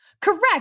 Correct